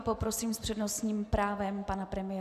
Poprosím s přednostním právem pana premiéra.